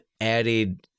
added